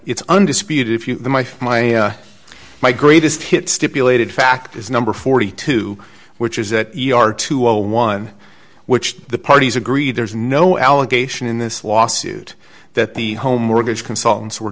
it's undisputed if you the my my my greatest hits stipulated fact is number forty two which is that you are to a one which the parties agree there's no allegation in this lawsuit that the home mortgage consultants were